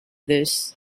this